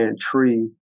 tree